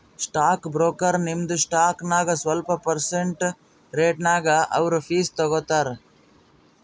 stock broker ನಿಮ್ದು stock ನಾಗ್ ಸ್ವಲ್ಪ ಪರ್ಸೆಂಟ್ ರೇಟ್ನಾಗ್ ಅವ್ರದು ಫೀಸ್ ತಗೋತಾರ